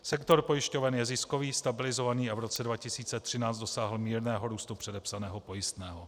Sektor pojišťoven je ziskový, stabilizovaný, a v roce 2013 dosáhl mírného růstu předepsaného pojistného.